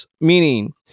Meaning